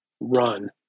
run